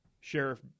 Sheriff